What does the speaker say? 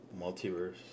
Multiverse